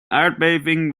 aardbeving